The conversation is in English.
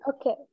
okay